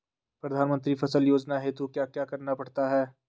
प्रधानमंत्री फसल योजना हेतु क्या क्या करना पड़ता है?